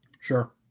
Sure